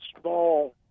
small